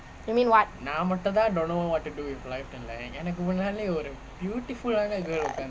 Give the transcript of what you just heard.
you mean what